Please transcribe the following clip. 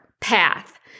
path